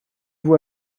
vous